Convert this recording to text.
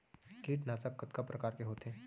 कीटनाशक कतका प्रकार के होथे?